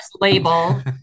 label